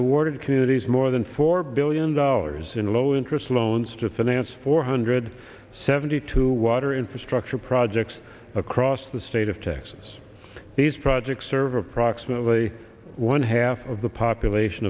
awarded communities more than four billion dollars in low interest loans to finance four hundred seventy two water infrastructure projects across the state of texas these projects serve approximately one half of the population